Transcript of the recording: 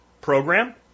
Program